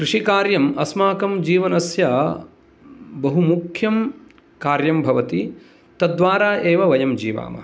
कृषिकार्यं अस्माकं जीवनस्य बहु मुख्यं कार्यं भवति तद्वारा एव वयं जीवामः